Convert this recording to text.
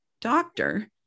doctor